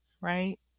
right